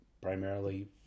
primarily